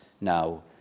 now